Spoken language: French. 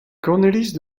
cornelis